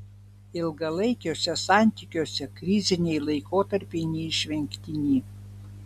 ilgalaikiuose santykiuose kriziniai laikotarpiai neišvengtini